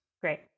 Great